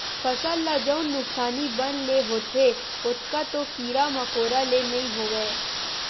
फसल ल जउन नुकसानी बन ले होथे ओतका तो कीरा मकोरा ले नइ होवय